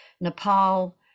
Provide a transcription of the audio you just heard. Nepal